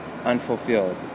Unfulfilled